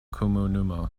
komunumo